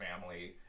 family